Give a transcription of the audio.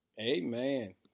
Amen